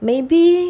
maybe